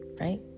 right